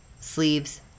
sleeves